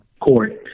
court